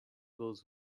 those